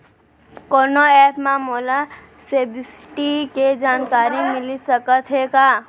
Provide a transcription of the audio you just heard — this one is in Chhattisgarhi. कोनो एप मा मोला सब्सिडी के जानकारी मिलिस सकत हे का?